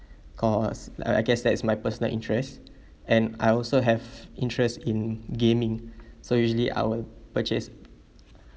cause I I guess that's my personal interest and I also have interest in gaming so usually I will purchase